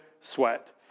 sweat